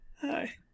Hi